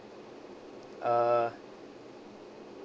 uh